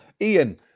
Ian